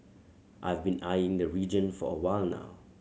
I've been eyeing the region for a while now